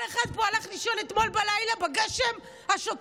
כל אחד פה הלך לישון אתמול בלילה בגשם השוטף,